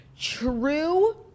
true